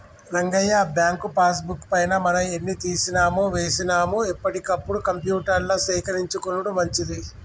Rangayya bank passbook పైన మనం ఎన్ని తీసినామో వేసినాము ఎప్పటికప్పుడు కంప్యూటర్ల సేకరించుకొనుడు మంచిది